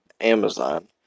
amazon